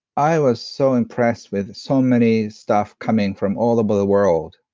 i was so impressed with so many stuff coming from all over the world,